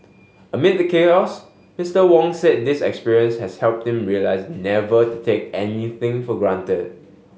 amid the Mister Wong said this experience has helped him realise never to take anything for granted